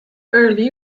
early